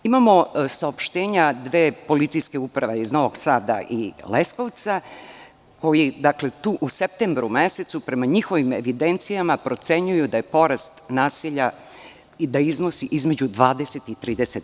Imamo saopštenja dve PU, iz Novog Sada i Leskovca, koji u septembru mesecu prema njihovim evidencijama procenjuju da je porast nasilja i da iznosi između 20 i 30%